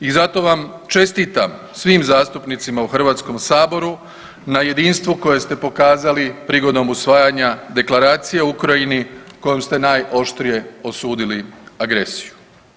I zato vam čestitam svim zastupnicima u Hrvatskom saboru na jedinstvu koje ste pokazali prigodom usvajanja Deklaracije o Ukrajini kojom ste najoštrije osudili agresiju.